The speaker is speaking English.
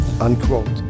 Unquote